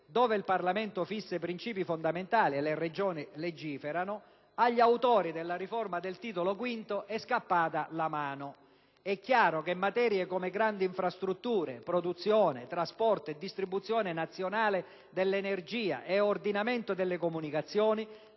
dove il Parlamento fissa i princìpi fondamentali e le Regioni legiferano, agli autori della riforma del Titolo V è scappata la mano. È chiaro che materie come grandi infrastrutture, produzione, trasporti, distribuzione nazionale dell'energia e ordinamento delle comunicazioni